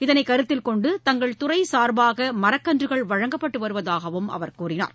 இதனை கருத்தில் கொண்டு தங்கள் துறை சார்பாக மரக்கன்றுகள் வழங்கப்பட்டு வருவதாகவும் அவர் கூறினார்